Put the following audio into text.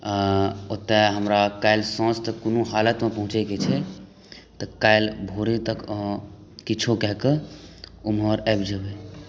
ओतऽ हमरा काल्हि साँझ तक कोनो हालतमे पहुँचैके छै तऽ काल्हि भोरे तक अहाँ किछु कऽ कऽ ओम्हर आबि जेबै